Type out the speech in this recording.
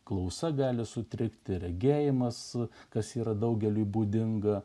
klausa gali sutrikti regėjimas kas yra daugeliui būdinga